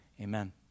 amen